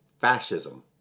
Fascism